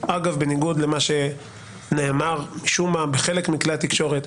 בניגוד למה שנאמר משום מה בחלק מכלי התקשורת,